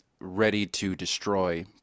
ready-to-destroy